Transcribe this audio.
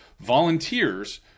volunteers